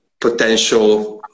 potential